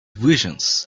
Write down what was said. visions